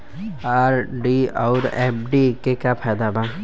RD आउर FD के का फायदा बा?